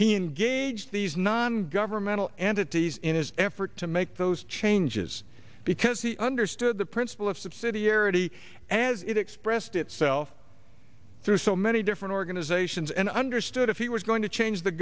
he engaged these non governmental entities in his effort to make those changes because he understood the principle of subsidiarity as it expressed itself through so many different organizations and understood if he was going to change the